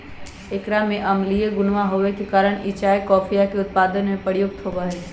एकरा में अम्लीय गुणवा होवे के कारण ई चाय कॉफीया के उत्पादन में प्रयुक्त होवा हई